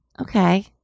okay